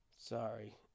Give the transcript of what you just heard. Sorry